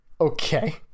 Okay